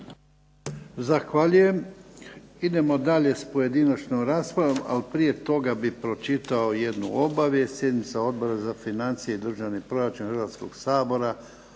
Zahvaljujem. Idemo dalje s pojedinačnom raspravom. Prije toga bih pročitao jednu obavijest.